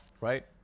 right